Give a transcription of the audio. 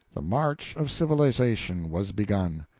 the march of civilization was begun.